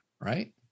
Right